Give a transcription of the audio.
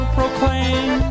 proclaim